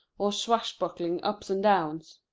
or swashbuckling ups and downs.